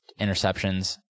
interceptions